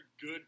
good